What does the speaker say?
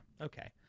okay